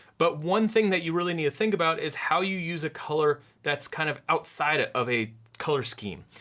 but one thing that you really need to think about is how you use a color that's kind of outside ah of a color scheme.